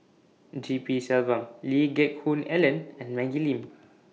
G P Selvam Lee Geck Hoon Ellen and Maggie Lim